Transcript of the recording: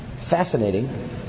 fascinating